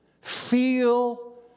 feel